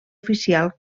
oficial